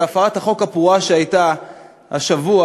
בהפרת החוק הפרועה שהייתה השבוע,